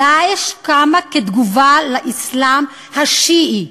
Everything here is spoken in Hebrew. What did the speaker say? "דאעש" קמה כתגובה לאסלאם השיעי.